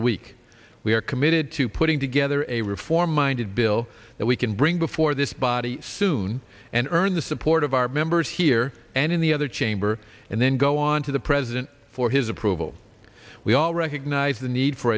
week we are committed to putting together a reform minded bill that we can bring before this body soon and earn the support of our members here and in the other chamber and then go on to the president for his approval we all recognize the need for